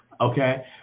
Okay